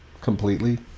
completely